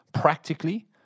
practically